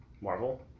Marvel